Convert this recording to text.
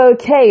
okay